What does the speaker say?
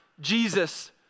Jesus